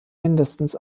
mindestens